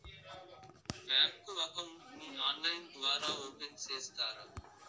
Bank account ని online ద్వారా open సేస్తారా?